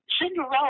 Cinderella